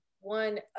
one